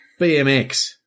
BMX